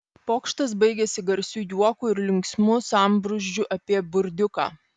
pokštas baigėsi garsiu juoku ir linksmu sambrūzdžiu apie burdiuką